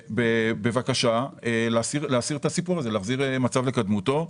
בבקשה להסיר את המכסים, להחזיר מצב לקדמותו.